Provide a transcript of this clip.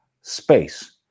space